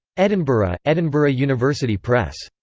edinburgh edinburgh university press.